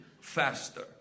faster